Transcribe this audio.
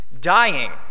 dying